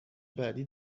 بعدی